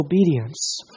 obedience